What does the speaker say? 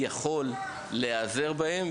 יכולים להיעזר בהם,